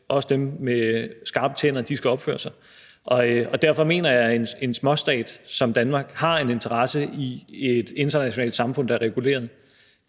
også dem med skarpe tænder, skal opføre sig. Derfor mener jeg, at en småstat som Danmark har en interesse i et internationalt samfund, der er reguleret.